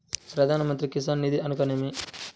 ప్రధాన మంత్రి కిసాన్ నిధి అనగా నేమి?